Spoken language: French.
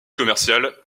commercial